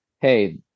hey